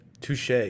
Touche